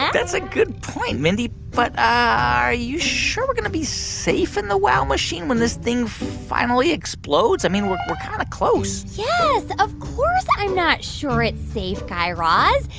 that's a good point, mindy. but are you sure we're going to be safe in the wow machine when this thing finally explodes? i mean, we're we're kind of close yes, of course i'm not sure it's safe, guy raz.